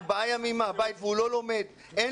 שלומד ארבעה ימים מהבית,